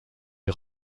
est